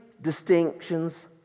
distinctions